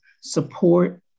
support